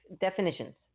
definitions